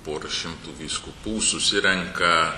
pora šimtų vyskupų susirenka